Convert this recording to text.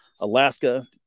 Alaska